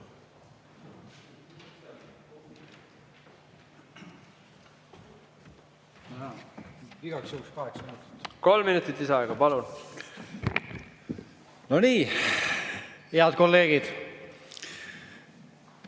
No nii, head kolleegid!